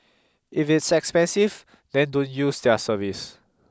if it's expensive then don't use their service